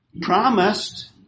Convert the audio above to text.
Promised